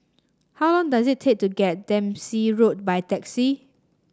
how long does it take to get Dempsey Road by taxi